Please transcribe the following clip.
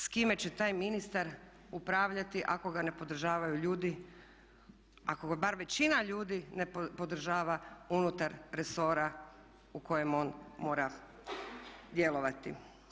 S kime će taj ministar upravljati ako ga ne podržavaju ljudi, ako ga bar većina ljudi ne podržava unutar resora u kojem on mora djelovati?